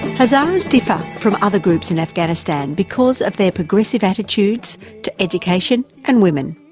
hazaras differ from other groups in afghanistan because of their progressive attitudes to education and women.